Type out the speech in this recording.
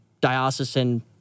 diocesan